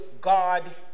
god